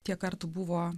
tiek kartų buvo